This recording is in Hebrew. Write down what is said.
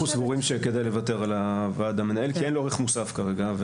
אנחנו סבורים שכדאי לוותר על הוועד המנהל כי אין לו ערך מוסף כרגע.